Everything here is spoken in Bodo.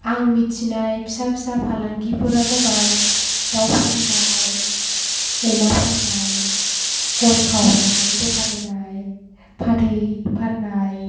आं मिथिनाय फिसा फिसा फालांगिफोरा जाबाय दाउ फाननाय अमा फाननाय गय खावनाय दखान होनाय फाथै फाननाय